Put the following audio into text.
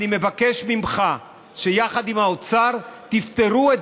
אני מבקש ממך שיחד עם האוצר תפתרו את